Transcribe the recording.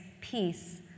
peace